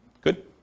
Good